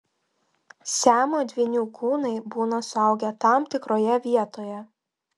siamo dvynių kūnai būna suaugę tam tikroje vietoje